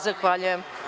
Zahvaljujem.